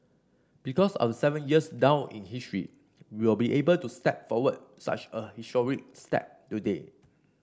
because of seven years down in history we will be able to step forward such a step today